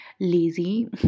lazy